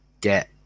get